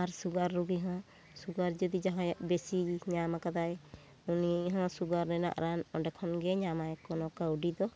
ᱟᱨ sugar ᱨᱩᱜᱤ ᱦᱚᱸ sugar ᱡᱩᱫᱤ ᱡᱟᱦᱟᱸᱭᱟᱜ ᱵᱮᱥᱤ ᱧᱟᱢ ᱠᱟᱫᱟᱭ ᱩᱱᱤ ᱦᱚᱸ ᱥᱩᱜᱟᱨ ᱨᱮᱱᱟᱜ ᱨᱟᱱ ᱚᱸᱰᱮ ᱠᱷᱚᱱᱜᱮ ᱧᱟᱢ ᱟᱭ ᱠᱚᱱᱚ ᱠᱟᱹᱣᱰᱤ ᱫᱚ